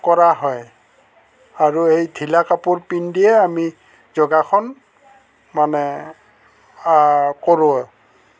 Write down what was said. কৰা হয় আৰু এই ঢিলা কাপোৰ পিন্ধিয়ে আমি যোগাসন মানে কৰোঁ